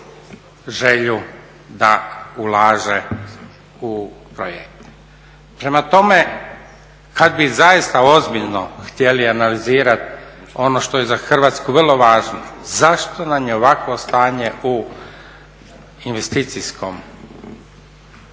želju da ulaže u projekt. Prema tome, kad bi zaista ozbiljno htjeli analizirati ono što je za Hrvatsku vrlo važno, zašto nam je ovakvo stanje u investicijskoj